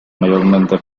mayoritariamente